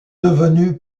devenu